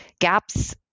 gaps